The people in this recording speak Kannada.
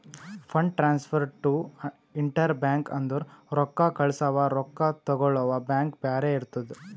fund transfer to inter bank ಅಂದುರ್ ರೊಕ್ಕಾ ಕಳ್ಸವಾ ರೊಕ್ಕಾ ತಗೊಳವ್ ಬ್ಯಾಂಕ್ ಬ್ಯಾರೆ ಇರ್ತುದ್